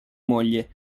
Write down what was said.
moglie